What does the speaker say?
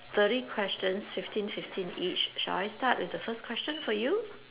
thirty question fifteen fifteen each shall I start with the first question for you